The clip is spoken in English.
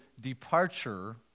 departure